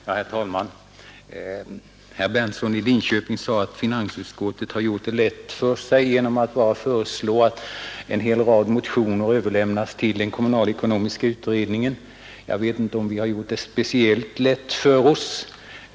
Herr talman! Herr Berndtson i Linköping sade att finansutskottet har gjort det lätt för sig genom att bara föreslå att en hel rad motioner överlämnas till kommunalekonomiska utredningen. Jag vet inte om vi har gjort det speciellt lätt för oss.